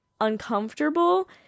uncomfortable